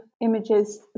images